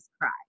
cry